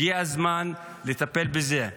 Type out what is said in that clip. הגיע הזמן לטפל בזה.